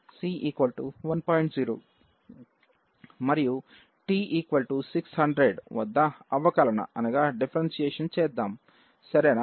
0 మరియు t 600 వద్ద అవకలన చెద్దాం సరేనా